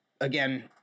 again